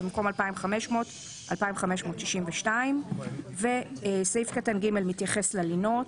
ובמקום 2,500 2,562. וסעיף קטן (ג) מתייחס ללינות.